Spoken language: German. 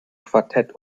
quartett